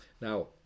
now